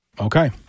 Okay